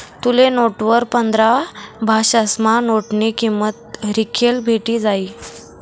तुले नोटवर पंधरा भाषासमा नोटनी किंमत लिखेल भेटी जायी